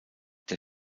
der